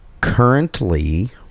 Currently